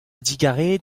digarezit